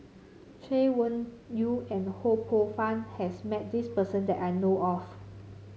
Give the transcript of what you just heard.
Chay Weng Yew and Ho Poh Fun has met this person that I know of